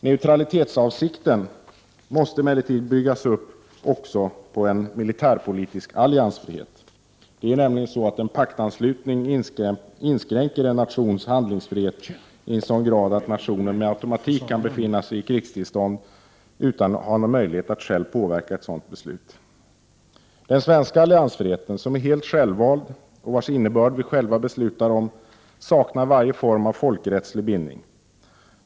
Neutralitetsavsikten måste emellertid även byggas upp på en militärpolitisk alliansfrihet. En paktanslutning inskränker nämligen en nations handlingsfrihet i sådan grad att nationen med automatik kan befinna sig i krigstillstånd utan att ha någon möjlighet att själv påverka ett sådant beslut. Den svenska alliansfriheten, som är helt självvald och vars innebörd vi själva beslutar om, saknar varje form av folkrättslig bindning.